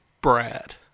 Brad